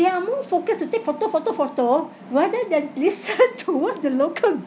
they are more focused to take photo photo photo rather than listen to what the local